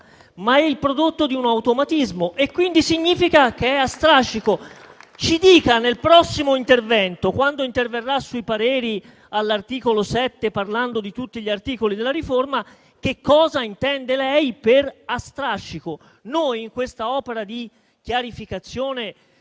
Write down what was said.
ma è il prodotto di un automatismo e quindi significa che è a strascico. Ci dica nel prossimo intervento, quando interverrà sui pareri all'articolo 7 parlando di tutti gli articoli della riforma, che cosa intende lei per "a strascico". Noi in questa opera di chiarificazione